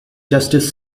justice